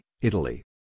Italy